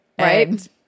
Right